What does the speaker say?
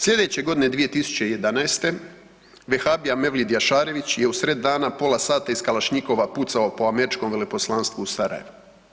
Sljedeće godine 2011. vehabija Mevlid Jašarević je u sred dana pola sata iz kalašnjikova pucao po američkom veleposlanstvu u Sarajevu.